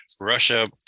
Russia